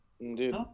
Dude